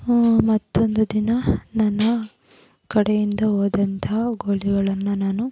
ಮತ್ತೊಂದು ದಿನ ನನ್ನ ಕಡೆಯಿಂದ ಹೋದಂಥ ಗೋಲಿಗಳನ್ನು ನಾನು